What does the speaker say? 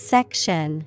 Section